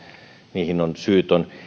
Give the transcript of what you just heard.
niihin syyt ovat